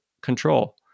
control